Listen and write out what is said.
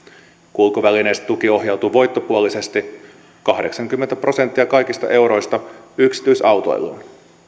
kulkuvälineistä tuki ohjautuu voittopuolisesti kahdeksankymmentä prosenttia kaikista euroista yksityisautoiluun